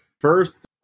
first